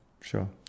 sure